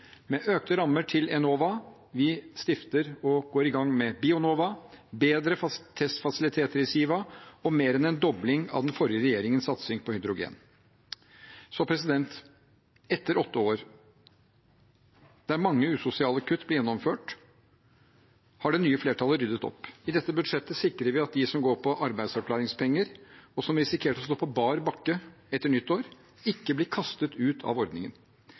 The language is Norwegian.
økte rammer til Enova, ved å stifte og gå i gang med Bionova, ved å sikre bedre testfasiliteter i Siva og ved å mer enn doble den forrige regjeringens satsing på hydrogen. Etter åtte år der mange usosiale kutt ble gjennomført, har det nye flertallet ryddet opp. I dette budsjettet sikrer vi at de som går på arbeidsavklaringspenger, og som risikerte å stå på bar bakke etter nyttår, ikke blir kastet ut av ordningen.